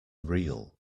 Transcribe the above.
real